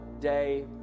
day